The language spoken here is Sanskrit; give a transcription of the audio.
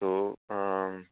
अस्तु आम्